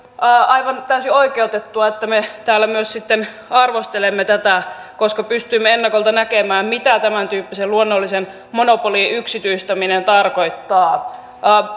aivan täysin oikeutettua että me täällä myös sitten arvostelemme tätä koska pystyimme ennakolta näkemään mitä tämäntyyppisen luonnollisen monopolin yksityistäminen tarkoittaa